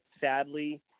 sadly